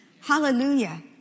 Hallelujah